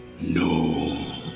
No